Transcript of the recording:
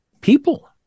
people